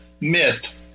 myth